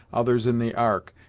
others in the ark,